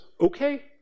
okay